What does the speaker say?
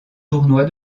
tournoi